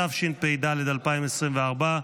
התשפ"ד 2024,